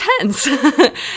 intense